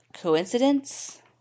Coincidence